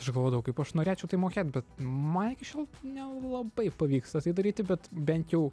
aš galvodavau kaip aš norėčiau tai mokėt bet man iki šiol nelabai pavyksta tai daryti bet bent jau